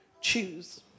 choose